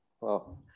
Wow